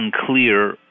unclear